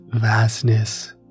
vastness